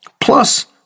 Plus